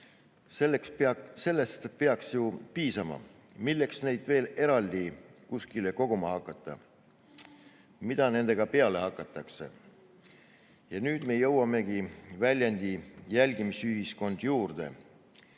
Sellest peaks ju piisama. Milleks neid veel eraldi kuskile koguma hakata? Mida nendega peale hakatakse? Nüüd me jõuamegi väljendi "jälgimisühiskond" juurde.